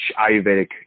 Ayurvedic